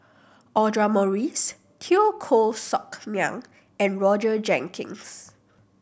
Audra Morrice Teo Koh Sock Miang and Roger Jenkins